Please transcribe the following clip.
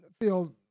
feel